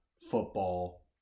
football